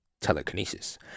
telekinesis